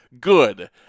Good